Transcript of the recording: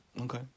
Okay